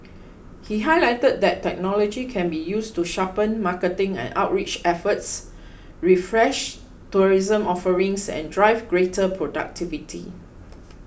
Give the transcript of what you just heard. he highlighted that technology can be used to sharpen marketing and outreach efforts refresh tourism offerings and drive greater productivity